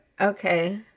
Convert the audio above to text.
Okay